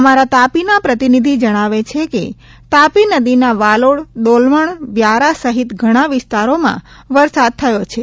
અમારા તાપીના પ્રતિનિધિ જણાવે છે કે તાપી નદીના વાલોડ ડોલવણ વ્યારા સહિત ઘણાં વિસ્તારોમાં વરસાદ થયો છે